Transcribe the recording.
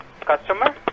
Customer